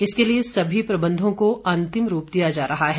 इसके लिए सभी प्रबंधों को अंतिम रूप दिया जा रहा है